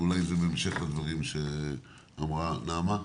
אולי בהמשך לדברים שאמרה נעמה.